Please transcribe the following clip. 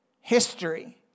history